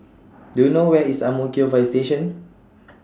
Do YOU know Where IS Ang Mo Kio Fire Station